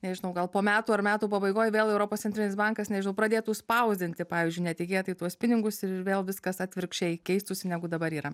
nežinau gal po metų ar metų pabaigoj vėl europos centrinis bankas nežinau pradėtų spausdinti pavyzdžiui netikėtai tuos pinigus ir vėl viskas atvirkščiai keistųsi negu dabar yra